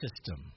system